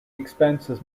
expenses